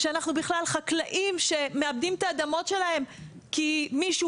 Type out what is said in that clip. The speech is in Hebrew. חקלאים שמאבדים את האדמות שלהם כי מישהו